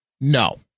No